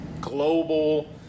global